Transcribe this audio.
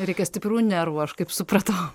reikia stiprių nervų aš kaip supratau